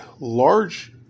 large